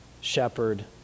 shepherd